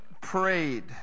prayed